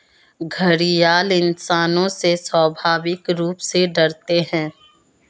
घड़ियाल इंसानों से स्वाभाविक रूप से डरते है